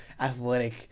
athletic